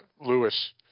Lewis